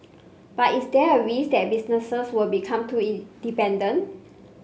but is there a risk that businesses would become too in dependent